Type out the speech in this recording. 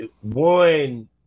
one